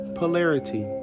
polarity